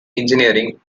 engineering